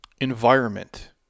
environment